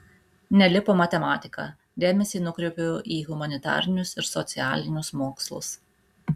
nelipo matematika dėmesį nukreipiau į humanitarinius ir socialinius mokslus